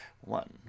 one